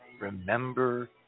Remember